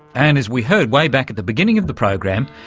and as we heard way back at the beginning of the program,